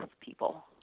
people